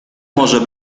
może